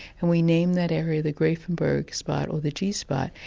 and we named that area the grafenberg spot, or the g spot,